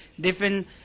different